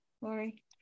Lori